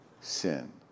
sin